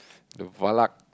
the Valak